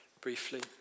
briefly